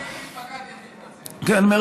אם פגעתי, אני מתנצל.